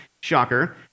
Shocker